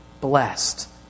blessed